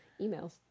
emails